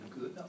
good